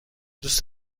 دوست